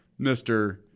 Mr